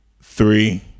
three